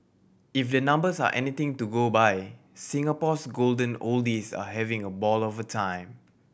if the numbers are anything to go by Singapore's golden oldies are having a ball of a time